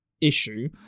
issue